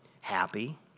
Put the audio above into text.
happy